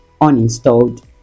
uninstalled